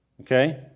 Okay